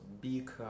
big